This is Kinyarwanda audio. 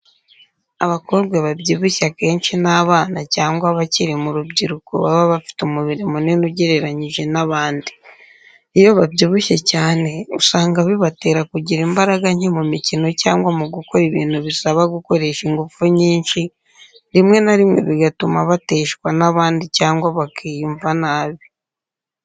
Abakobwa babyibushye akenshi ni abana cyangwa abakiri mu rubyiruko baba bafite umubiri munini ugereranyije n’abandi. Iyo babyibushye cyane usanga bibatera kugira imbaraga nke mu mikino cyangwa mu gukora ibintu bisaba gukoresha ingufu nyinshi, rimwe na rimwe bigatuma bateshwa n’abandi cyangwa bakiyumva nabi.